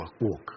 walk